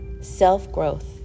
self-growth